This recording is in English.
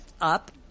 up